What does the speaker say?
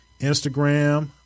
Instagram